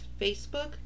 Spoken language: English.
Facebook